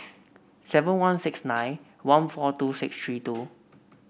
seven one six nine one four two six three two